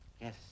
Yes